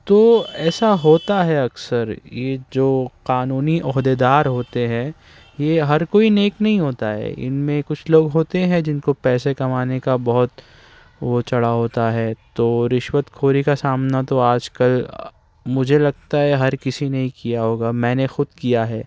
تو ایسا ہوتا ہے اکثر یہ جو قانونی عہدے دار ہوتے ہیں یہ ہر کوئی نیک نہیں ہوتا ہے ان میں کچھ لوگ ہوتے ہیں جن کو پیسے کمانے کا بہت وہ چڑھا ہوتا ہے تو رشوت خوری کا سامنا تو آج کل مجھے لگتا ہے ہر کسی نے کیا ہوگا میں نے خود کیا ہے